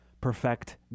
perfect